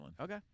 Okay